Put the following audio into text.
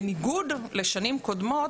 בניגוד לשנים קודמות.